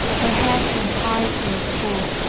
her head and heart were full.